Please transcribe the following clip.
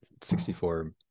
64